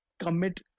commit